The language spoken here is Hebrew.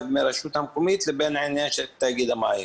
מהרשות המקומית לבין עניין של תאגיד המים.